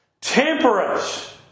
Temperance